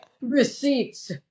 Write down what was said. Receipts